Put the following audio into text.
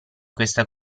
questa